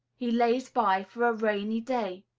he lays by for a rainy day?